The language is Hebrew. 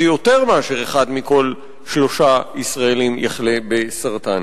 יותר מאחד מכל שלושה ישראלים יחלה בסרטן,